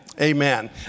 Amen